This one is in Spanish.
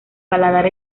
paladar